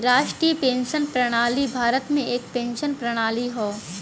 राष्ट्रीय पेंशन प्रणाली भारत में एक पेंशन प्रणाली हौ